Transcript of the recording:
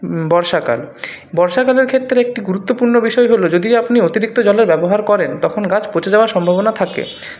বর্ষাকাল বর্ষাকালের ক্ষেত্রে একটি গুরুত্বপূর্ণ বিষয় হলো যদি আপনি অতিরিক্ত জলের ব্যবহার করেন তখন গাছ পচে যাওয়ার সম্ভাবনা থাকে